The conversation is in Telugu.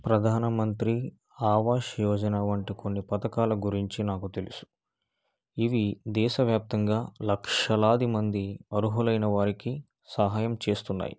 ప్రధానమంత్రి ఆవాస్ యోజన వంటి కొన్ని పథకాల గురించి నాకు తెలుసు ఇవి దేశవ్యాప్తంగా లక్షలాదిమంది అర్హులైన వారికి సహాయం చేస్తున్నాయి